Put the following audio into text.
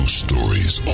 stories